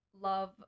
love